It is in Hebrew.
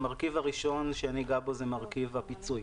המרכיב הראשון שניגע בו הוא מרכיב הפיצוי.